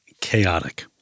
chaotic